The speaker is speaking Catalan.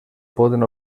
poden